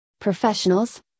professionals